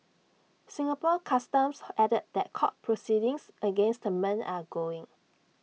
Singapore Customs added that court proceedings against the men are going